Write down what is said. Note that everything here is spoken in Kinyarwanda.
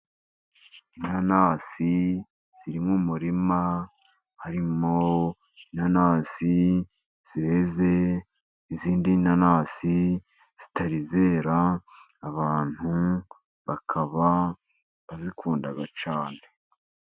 Inanasi ziri mu murima, harimo inanasi zeze, izindi nanasi zitar izera, abantu bakaba bazikunda bazikunda cyane